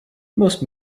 most